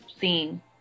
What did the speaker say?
seeing